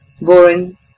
Boring